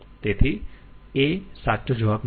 તેથી a સાચો જવાબ નથી